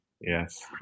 Yes